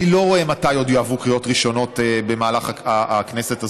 אני לא רואה מתי עוד יעברו קריאות ראשונות במהלך הכנסת הזאת.